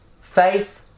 Faith